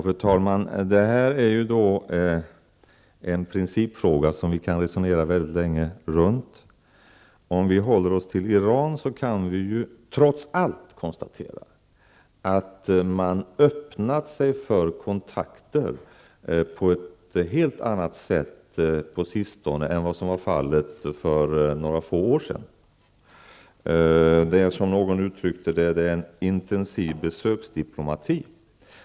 Fru talman! Det här är en principfråga som vi kan resonera mycket länge runt. Om vi håller oss till Iran, kan vi trots allt konstatera att man öppnat sig för kontakter på ett helt annat sätt på sistone än vad som var fallet för några få år sedan. Det är, som någon uttryckte det, en intensiv besöksdiplomati.